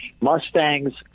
Mustangs